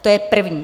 To je první.